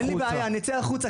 אין לי בעיה אני אצא החוצה,